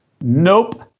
Nope